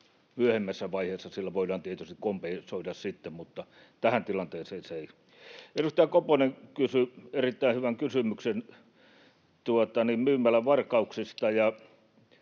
Myöhemmässä vaiheessa sillä voidaan tietysti kompensoida sitten, mutta tähän tilanteeseen se ei vaikuta. Edustaja Koponen kysyi erittäin hyvän kysymyksen myymälävarkauksista,